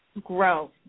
grow